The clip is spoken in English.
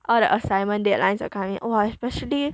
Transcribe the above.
all the assignment deadlines are coming !wah! especially